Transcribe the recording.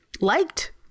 liked